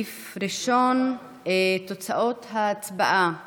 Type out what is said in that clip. יושב-ראש הקואליציה מצד אחד,